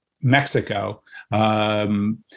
Mexico